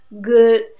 good